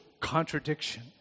contradiction